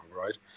right